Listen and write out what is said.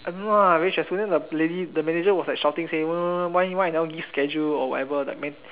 I don't know ah very stressful then the lady the manager was like shouting say what what what why why I never give schedule or whatever like my